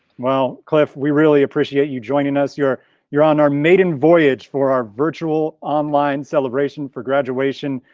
well, cliff, we really appreciate you joining us. you're you're on our maiden voyage for our virtual online celebration for graduation.